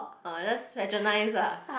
orh just patronize ah